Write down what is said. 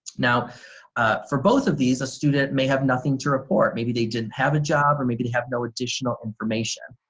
now for both of these a student may have nothing to report maybe they didn't have a job or maybe they have no additional information.